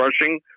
rushing